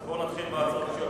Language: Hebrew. בוא נתחיל בהצעות אחרות.